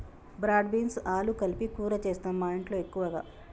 broad beans ఆలు కలిపి కూర చేస్తాము మాఇంట్లో ఎక్కువగా